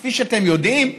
כפי שאתם יודעים,